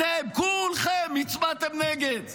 אתם כולכם הצבעתם נגד,